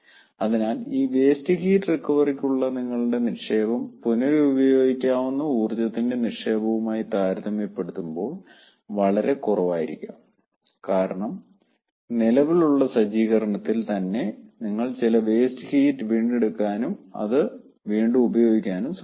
അതിനാൽ ഈ waste heat റിക്കവറിക്കുള്ള നിങ്ങളുടെ നിക്ഷേപം പുനരുപയോഗിക്കാവുന്ന ഊർജത്തിൻ്റെ നിക്ഷേപവുമായി താരതമ്യപ്പെടുത്തുമ്പോൾ വളരെ കുറവായിരിക്കാം കാരണം നിലവിലുള്ള സജ്ജീകരണത്തിൽ തന്നെ നിങ്ങൾ ചില വേസ്റ്റ് ഹീറ്റ് വീണ്ടെടുക്കാനും അത് വീണ്ടും ഉപയോഗിക്കാനും ശ്രമിക്കുന്നു